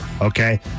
Okay